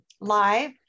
live